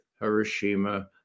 Hiroshima